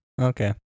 Okay